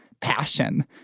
passion